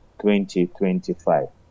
2025